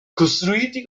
costruiti